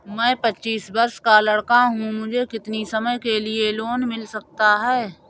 मैं पच्चीस वर्ष का लड़का हूँ मुझे कितनी समय के लिए लोन मिल सकता है?